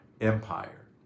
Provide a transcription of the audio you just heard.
empire